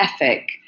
ethic